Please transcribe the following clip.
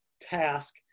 task